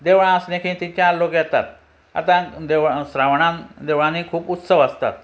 देवळां आसलीं की थंय चार लोक येतात आतां देवळां श्रावणान देवळांनी खूब उत्सव आसतात